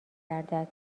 گردد